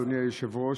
אדוני היושב-ראש,